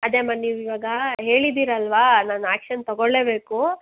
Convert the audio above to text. ಅದೇ ಅಮ್ಮ ನೀವು ಇವಾಗ ಹೇಳಿದಿರಲ್ವಾ ನಾನು ಆ್ಯಕ್ಷನ್ ತಗೊಳ್ಳೇಬೇಕು